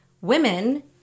women